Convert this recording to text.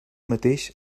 mateix